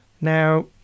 Now